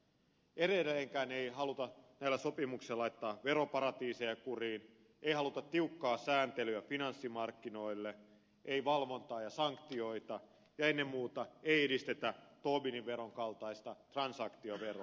edelleenkään ei haluta näillä sopimuksilla laittaa veroparatiiseja kuriin ei haluta tiukkaa sääntelyä finanssimarkkinoille ei valvontaa ja sanktioita ja ennen muuta ei edistetä tobinin veron kaltaista transaktioveroa